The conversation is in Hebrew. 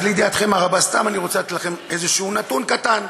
אז לידיעתכם הרבה, סתם אני רוצה לתת לכם נתון קטן: